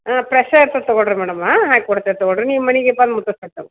ಹಾಂ ಪ್ರಶ್ಶೇ ಇರ್ತೈತೆ ತೊಗೊಳ್ಳಿ ರೀ ಮೇಡಮ್ಮ ಹಾಕ್ಕೊಡ್ತೆ ತಗೊಳ್ಳಿ ರೀ ನಿಮ್ಮ ಮನೆಗೆ ಬಂದು ಮುಟ್ಟಸ್ಕತ್ತಾವ